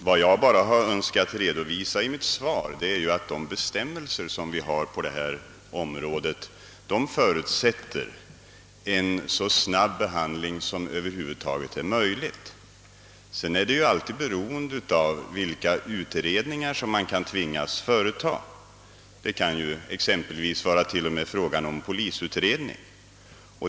Herr talman! Vad jag önskat redovisa i mitt svar är att de bestämmelser som finns på området förutsätter en så snabb behandling av besvärsmålen som över huvud taget är möjlig. Men naturligtvis blir det hela beroende av vilka utredningar man kan tvingas företaga; det kan ju t.o.m. vara nödvändigt med en polisutredning.